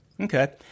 Okay